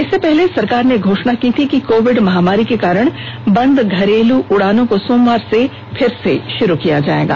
इससे पहले सरकार ने घोषणा की थी कि कोविड महामारी के कारण बंद घरेलू उडानों को सोमवार से फिर से शुरू किया जा रहा है